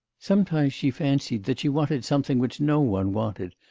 sometimes she fancied that she wanted something which no one wanted,